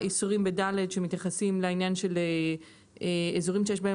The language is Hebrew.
האיסורים ב-ד' שמתייחסים לעניין של אזורים שיש בהם